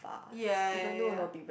ya ya ya